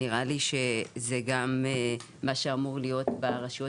נראה לי שזה גם מה שאמור להיות ברשויות